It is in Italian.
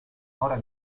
ora